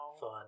Fun